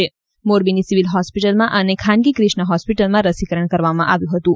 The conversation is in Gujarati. આજે મોરબીની સિવિલ હોસ્પિટલમાં અને ખાનગી કિષ્ના હોસ્પિટલમાં રસીકરણ કરવામાં આવ્યું હતું